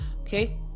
Okay